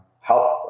help